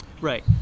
Right